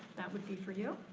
that would be for you.